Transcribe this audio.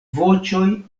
voĉoj